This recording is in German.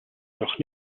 noch